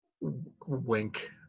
Wink